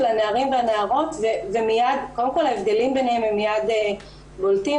הנערים והנערות וקודם כל ההבדלים בניהם מיד בולטים.